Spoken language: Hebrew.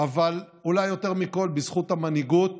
אבל אולי יותר מכול בזכות המנהיגות